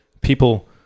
people